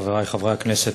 חברי חברי הכנסת,